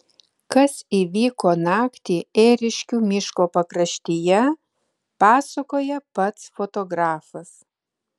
kas įvyko naktį ėriškių miško pakraštyje pasakoja pats fotografas